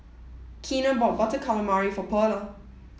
Keena bought Butter Calamari for Pearla